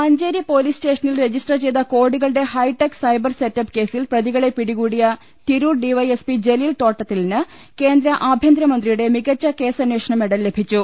Manjeri police സ്റ്റേഷനിൽ register ചെയ്ത കോടികളുടെ ഹൈടെക് സൈബർ സെറ്റപ്പ് കേസിൽ പ്രതികളെ പിടികൂടിയ തിരൂർ ഡിവൈഎസ്പി ജലീൽ തോട്ടത്തിലിന് കേന്ദ്ര ആഭ്യന്തരമന്ത്രിയുടെ മികച്ച കേസന്വേഷണ മെഡൽ ലഭിച്ചു